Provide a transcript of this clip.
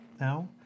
now